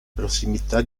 prossimità